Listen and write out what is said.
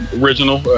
original